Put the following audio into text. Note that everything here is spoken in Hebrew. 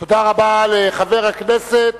תודה רבה לחבר הכנסת